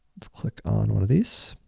let's click on one of these.